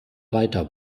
weiter